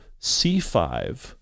C5